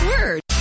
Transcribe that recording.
Words